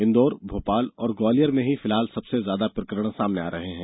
इंदौर भोपाल और ग्वालियर में ही फिलहाल सबसे ज्यादा प्रकरण सामने आ रहे हैं